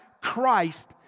Christ